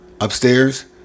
upstairs